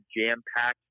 jam-packed